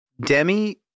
Demi